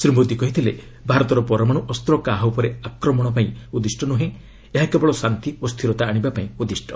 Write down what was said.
ଶ୍ରୀ ମୋଦି କହିଥିଲେ ଭାରତର ପରମାଣୁ ଅସ୍ତ କାହା ଉପରେ ଆକ୍ରମଣ ପାଇଁ ଉଦ୍ଦିଷ୍ଟ ନୁହେଁ ଏହା କେବଳ ଶାନ୍ତି ଓ ସ୍ଥିରତା ଆଶିବାକୁ ଉଦ୍ଦିଷ୍ଟ